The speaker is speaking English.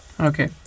Okay